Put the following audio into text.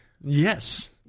Yes